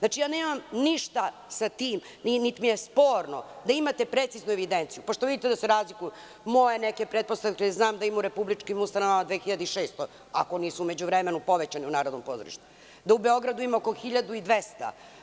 Nemam ništa sa tim, niti mi je sporno da imate preciznu evidenciju, pošto vidite da se razlikuju moje neke pretpostavke, znam da ima u republičkim ustanovama 2.600, ako nisu u međuvremenu povećani u Narodnom pozorištu, da u Beogradu ima oko 1.200.